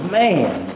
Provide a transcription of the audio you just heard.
man